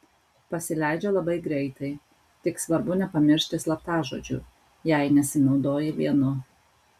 pasileidžia labai greitai tik svarbu nepamiršti slaptažodžių jei nesinaudoji vienu